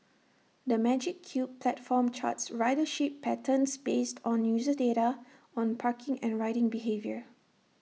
the magic Cube platform charts ridership patterns based on user data on parking and riding behaviour